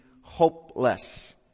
hopeless